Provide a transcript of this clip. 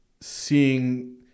seeing